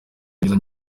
ibyiza